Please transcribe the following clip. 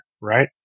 right